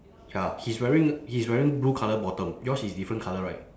ya he's wearing he's wearing blue colour bottom yours is different colour right